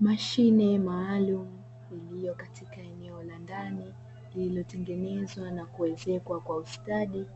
Mashine maalumu iliyokatika eneo la ndani lililotengenezwa na kuezekwa kwa ustadi,